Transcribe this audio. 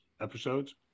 episodes